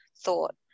thought